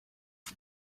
iki